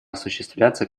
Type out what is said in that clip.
осуществляться